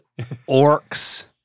orcs